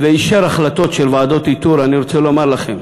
ואישר החלטות של ועדות איתור, אני רוצה לומר לכם,